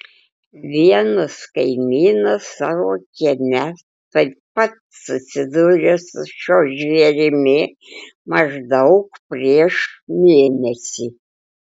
vienas kaimynas savo kieme taip pat susidūrė su šiuo žvėrimi maždaug prieš mėnesį